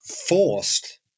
forced